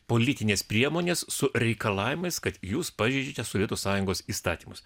politinės priemonės su reikalavimais kad jūs pažeidžiate sovietų sąjungos įstatymus